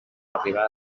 arribar